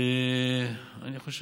אני מציע